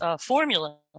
formula